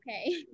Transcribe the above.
okay